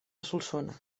solsona